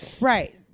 right